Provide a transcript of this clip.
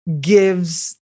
gives